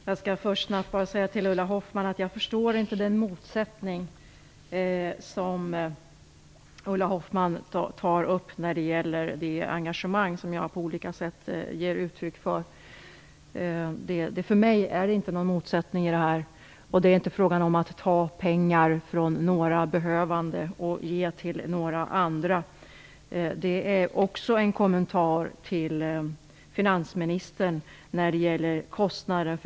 Fru talman! Jag skall först till Ulla Hoffmann säga att jag inte förstår den motsättning som hon tar upp angående det engagemang som jag på olika sätt ger uttryck för. För mig ligger det inte någon motsättning i detta. Det är inte fråga om att ta pengar från några behövande och ge till några andra. Denna kommentar riktar sig också till finansministern när det gäller kostnaden.